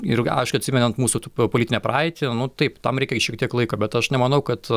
ir aišku atsimenant mūsų tu p politinę praeitį nu taip tam reikia šiek tiek laiko bet aš nemanau kad